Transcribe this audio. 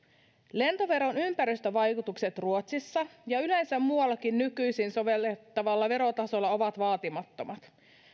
lentoveron ympäristövaikutukset ruotsissa ja yleensä muuallakin nykyisin sovellettavalla verotasolla ovat vaatimattomat